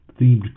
themed